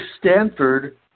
Stanford